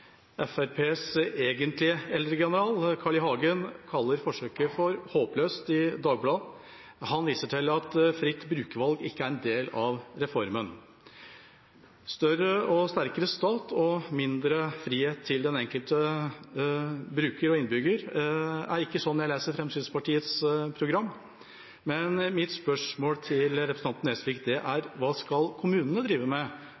Fremskrittspartiets egentlige eldregeneral, Carl I. Hagen, kaller forsøket «håpløst» i Dagbladet. Han viser til at fritt brukervalg ikke er en del av reformen. Større og sterkere stat og mindre frihet til den enkelte bruker og innbygger er ikke hva jeg leser ut av Fremskrittspartiets program. Men mitt spørsmål til representanten Nesvik er: Hva skal kommunene drive med